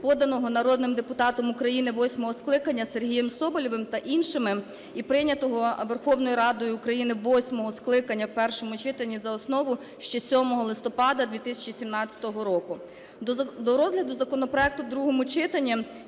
поданий народним депутатом України восьмого скликання Сергієм Соболєвим та іншими і прийнятого Верховною Радою України восьмого скликання в першому читанні за основу ще 7 листопада 2017 року. До розгляду законопроекту в другому читанні